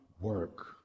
work